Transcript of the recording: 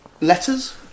Letters